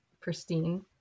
pristine